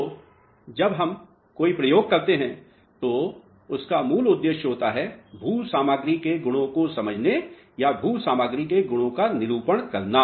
तो जब हम कोई प्रयोग करते हैं तो उसका मूल उद्देश्य होता है भू सामग्री के गुणों को समझने या भू सामग्री के गुणों का निरूपण करना